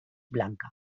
blanca